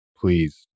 please